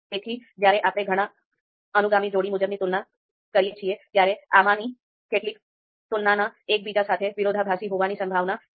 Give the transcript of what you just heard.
તેથી જ્યારે આપણે ઘણા અનુગામી જોડી મુજબની તુલના કરીએ છીએ ત્યારે આમાંની કેટલીક તુલના એકબીજા સાથે વિરોધાભાસી હોવાની સંભાવના છે